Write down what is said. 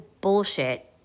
bullshit